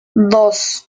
dos